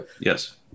Yes